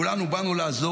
כולנו באנו לעזור,